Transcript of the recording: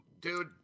dude